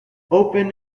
open